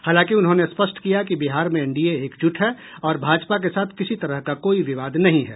हालांकि उन्होंने स्पष्ट किया कि बिहार में एनडीए एकजुट है और भाजपा के साथ किसी तरह का कोई विवाद नहीं है